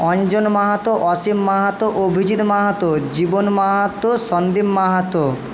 Anjan Mahato Asim Mahato Abhijit Mahato Jiban Mahato Sandip Mahato